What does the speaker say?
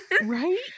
Right